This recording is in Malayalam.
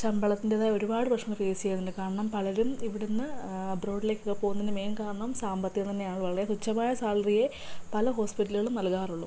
ശമ്പളത്തിൻ്റെതായ ഒരുപാട് പ്രശ്നങ്ങൾ ഫേസ് ചെയ്യുന്നുണ്ട് കാരണം പലരും ഇവിടെ നിന്ന് അബ്രോഡിലേക്ക് ഒക്കെ പോകുന്നതിനു മെയിൻ കാരണം സാമ്പത്തികം തന്നെയാണ് വളരെ തുച്ഛമായ സാലറിയെ പല ഹോസ്പിറ്റലുകളും നൽക്കാറുള്ളൂ